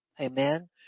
Amen